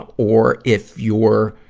ah or, if you're,